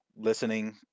listening